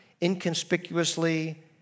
inconspicuously